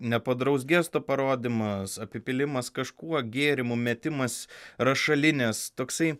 nepadoraus gesto parodymas apipylimas kažkuo gėrimu metimas rašalinės toksai